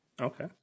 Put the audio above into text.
Okay